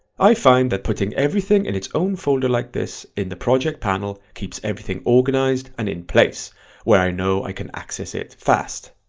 i find that putting everything in its own folder like this in the project panel keeps everything organized and in place where i know i can access it fast.